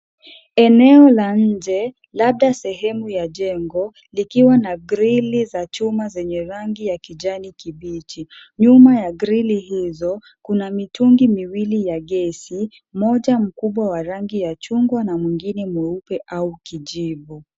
Eneo la nje: Labda sehemu ya jengo likiwa na grili za chuma zenye rangi ya kijani kibichi, nyuma ya grili hizo kuna mitungi miwili ya gesi, moja mkubwa wa rangi ya chungwa na mwingine mweupe au kijivu.